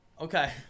Okay